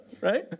Right